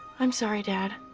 i'm sorry, dad,